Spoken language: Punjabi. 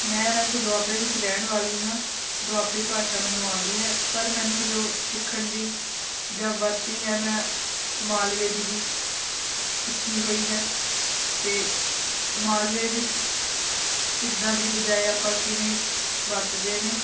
ਮੈਂ ਵੈਸੇ ਦੁਆਬੇ ਵਿੱਚ ਰਹਿਣ ਵਾਲੀ ਹਾਂ ਦੁਆਬੀ ਭਾਸ਼ਾ ਮੈਨੂੰ ਆਉਂਦੀ ਹੈ ਪਰ ਮੈਨੂੰ ਜੋ ਸਿੱਖਣ ਦੀ ਜਾਂ ਵਰਤੀ ਹੈ ਮੈਂ ਮਾਲਵੇ ਦੀ ਵੀ ਸਿੱਖੀ ਹੋਈ ਹੈ ਅਤੇ ਮਾਲਵੇ ਵਿੱਚ ਕਿੱਦਾਂ ਦੀ ਬਜਾਏ ਆਪਾਂ ਕਿਵੇਂ ਵਰਤਦੇ ਨੇ